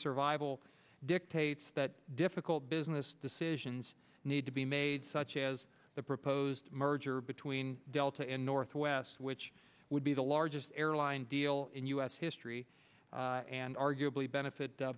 survival dictates that difficult business decisions need to be made such as the proposed merger between delta and northwest which would be the largest airline deal in u s history and arguably benefit